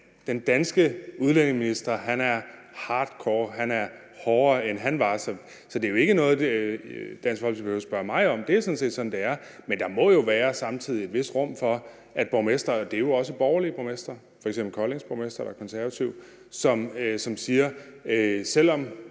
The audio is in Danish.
den danske udlændingeminister er hardcore og hårdere, end han var. Så det er jo ikke noget, Dansk Folkeparti behøver at spørge mig om. Det er sådan set sådan, det er. Men der må jo samtidig være et vist rum for, at borgmestre – det er jo også borgerlige borgmestre, for Koldings borgmester er konservativ – siger: Selv om